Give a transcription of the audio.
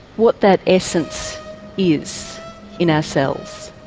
what that essence is in ourselves.